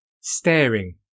staring